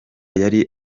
yari